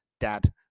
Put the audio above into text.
Dad